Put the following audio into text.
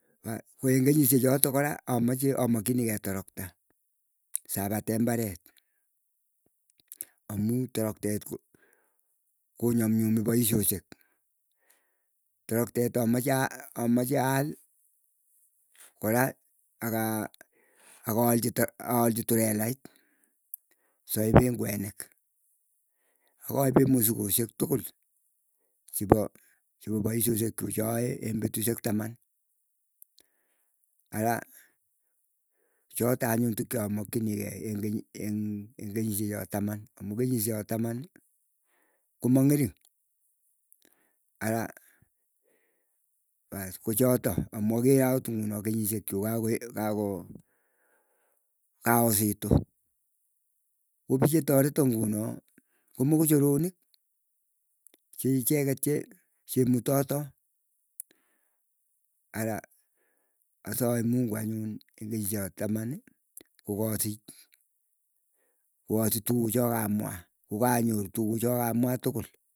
Koeng kenyisie chotok kora, amache amakchinigei torokta sapate mbaret. Amuu toroktet ko nyamnyumi poisyosyek, torektet amache aal kora akalchi turelait saipen kwenit. Akaipee musikosiek tugul chepo chepo poisyosiek chuu chooe eng petusiek taman. Ara choto anyun tukcho makchinikei en eng eng kenyisie choo taman amuu kenyisie choo taman, komang'ering. Ara paas kochoto amu akere akot ingunoo kenyisiek chuuk ko kako kaositu kipik che tareto ngunoo ko mochokoronik che icheket che cheimutoto. Araa asae mungu anyun eng kenyisie choo tamani kokasich kokasich tukuchoo kamwa. Kokanyoru tukuucho kamwa tukul.